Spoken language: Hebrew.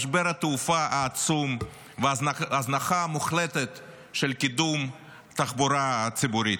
משבר התעופה העצום וההזנחה המוחלטת של קידום התחבורה הציבורית,